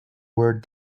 word